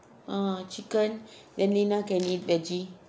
ah chicken then lina can eat veggie